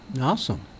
Awesome